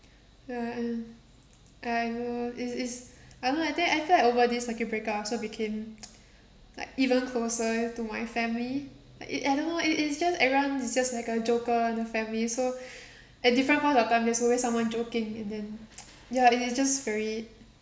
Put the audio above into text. ah um ah uh is is I don't know I think I felt I over this circuit breaker I also became like even closer to my family like it I don't know it it just everyone is just like a joker in the family so at different point of time there's always someone joking and then ya it it just very